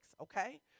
okay